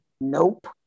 Nope